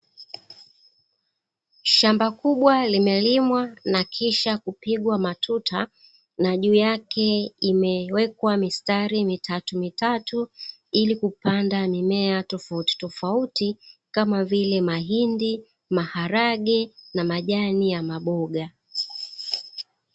Shamba kubwa limelimwa na kisha kupigwa matuta na juu yake limewekwa mistari mitatumitatu, ili kupanda mimea tofautitofauti kama vile mahindi maharage na majani ya maboga.